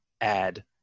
add